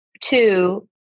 two